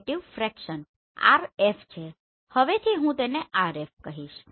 હવેથી હું તેને RF કહીશ